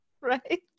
Right